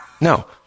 no